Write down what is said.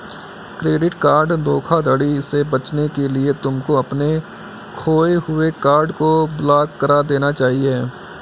credit card धोखाधड़ी से बचने के लिए तुमको अपने खोए हुए कार्ड को ब्लॉक करा देना चाहिए